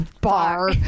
bar